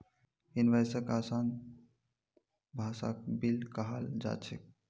इनवॉइसक आसान भाषात बिल कहाल जा छेक